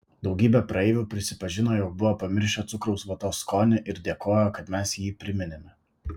daugybė praeivių prisipažino jog buvo pamiršę cukraus vatos skonį ir dėkojo kad mes jį priminėme